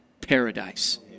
paradise